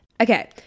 Okay